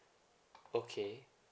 okay